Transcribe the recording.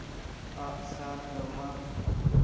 ᱟᱸᱜ ᱥᱟᱨ ᱵᱮᱵᱚᱦᱟᱨ